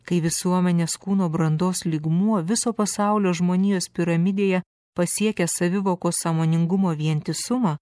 kai visuomenės kūno brandos lygmuo viso pasaulio žmonijos piramidėje pasiekęs savivokos sąmoningumo vientisumą